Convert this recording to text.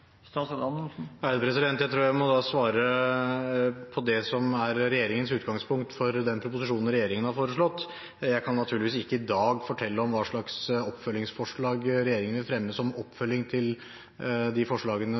Jeg tror jeg da må svare på det som er regjeringens utgangspunkt for den proposisjonen regjeringen har foreslått. Jeg kan naturligvis ikke i dag fortelle om hva slags forslag regjeringen vil fremme som oppfølging til de